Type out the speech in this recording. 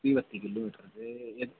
कोई अस्सी किलोमीटर ते